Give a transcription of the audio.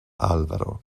álvaro